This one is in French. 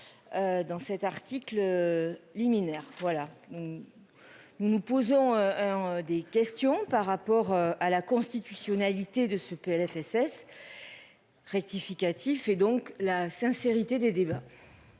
Dans cet article. Liminaire voilà. Nous nous posons. Des questions par rapport à la constitutionnalité de ce PLFSS. Rectificatif. Et donc la sincérité des débats.